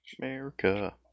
America